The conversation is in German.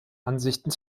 ansichten